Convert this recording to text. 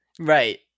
Right